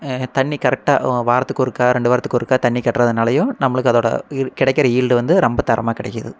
தண்ணி கரெக்ட்டாக வாரத்துக்கு ஒருக்க ரெண்டு வாரத்துக்கு ஒருக்க தண்ணி கட்டுறதுனாலையும் நம்மளுக்கு அதோட கிடைக்கிற ஈல்டு வந்து ரொம்ப தரமாக கிடைக்கிது